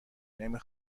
نمی